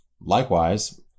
likewise